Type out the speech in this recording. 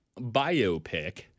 biopic